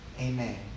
Amen